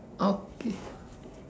okay